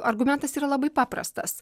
argumentas yra labai paprastas